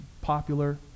popular